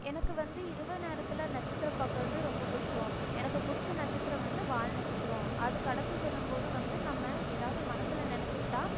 எனக்கு வந்து இரவு நேரத்தில் நட்சத்திரம் பார்க்குறது ரொம்ப பிடிக்கும் எனக்கு பிடிச்ச நட்சத்திரம் வந்து வால் நட்சத்திரம் அது கடந்து செல்லும் போது வந்து நம்ம எதாவது மனதில் நினச்சிக்கிட்டா